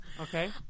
Okay